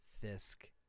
Fisk